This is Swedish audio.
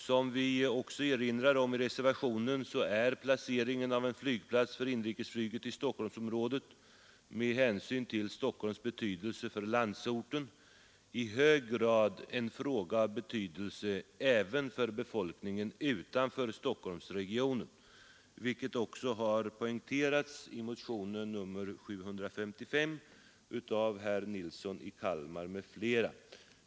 Som vi även erinrar om i reservationen är placeringen av en flygplats för inrikesflyget i Stockholmsområdet med hänsyn till Stockholms betydelse för landsorten i hög grad en viktig fråga även för befolkningen utanför Stockholmsregionen, vilket också har poängterats i motionen 755 av herr Nilsson i Kalmar m.fl.